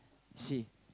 scene